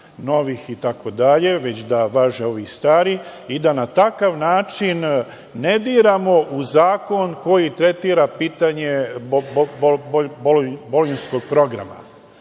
novih, itd, već da važe ovi stari i da na takav način ne diramo u zakon koji tretira pitanje bolonjskog programa.